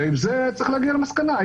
ועם זה צריך להגיע למסקנה.